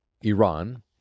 Iran